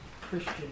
Christian